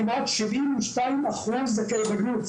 כמעט 72% זכאי בגרות.